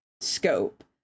scope